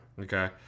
Okay